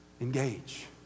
engage